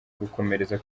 gukomereza